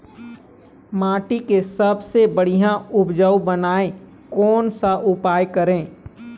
माटी के सबसे बढ़िया उपजाऊ बनाए कोन सा उपाय करें?